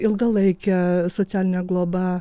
ilgalaikę socialinę globą